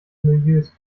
milieus